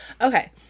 Okay